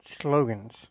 slogans